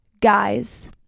Guys